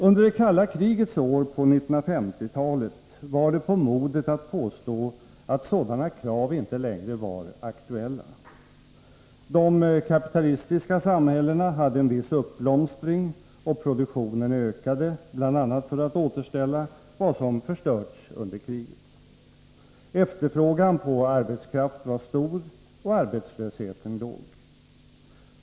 Under det kalla krigets år på 1950-talet var det på modet att påstå, att sådana krav inte längre var aktuella. Kapitalismen hade en viss uppblomstring och produktionen ökade bl.a. för att återställa vad som förstörts under kriget. Efterfrågan på arbetskraft var stor och arbetslösheten låg.